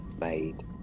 made